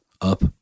up